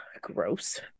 Gross